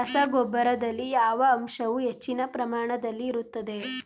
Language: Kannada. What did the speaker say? ರಸಗೊಬ್ಬರದಲ್ಲಿ ಯಾವ ಅಂಶವು ಹೆಚ್ಚಿನ ಪ್ರಮಾಣದಲ್ಲಿ ಇರುತ್ತದೆ?